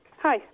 Hi